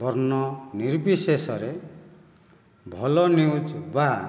ବର୍ଣ୍ଣ ନିର୍ବିଶେଷରେ ଭଲ ନ୍ୟୁଜ ବା